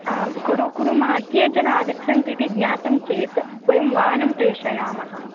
आं कुरु कुर्मः कियज्जना आगच्छन्ति इति ज्ञातं चेत् वयं वाहनं प्रेषयामः